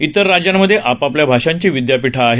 इतर राज्यांमध्ये आपापल्या भाषांची विद्यापीठं आहेत